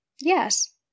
Yes